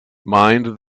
mind